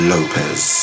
Lopez